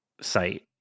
site